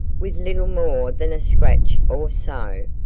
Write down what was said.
with little more than a scratch or so,